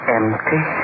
empty